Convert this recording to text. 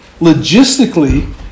logistically